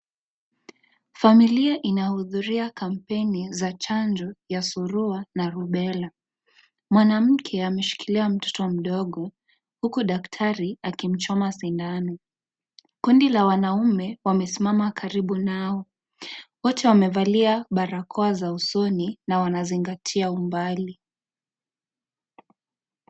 Familia inayohudhuria kampeni za chanjo ya surua na rubella mwanamke ameshikilia mtoto mdogo huku daktari akimchoma sindano kundi la wanaume wamesimama karibu nao wote wamevalia barakoa za usoni na wanazingatia umbali.